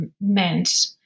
meant